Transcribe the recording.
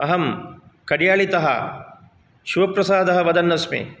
अहं कड्यालितः शिवप्रसादः वदन् अस्मि